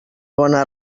bona